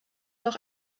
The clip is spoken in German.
noch